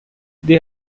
they